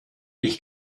ich